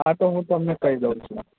હા તો હું તમને કહી દઉં છું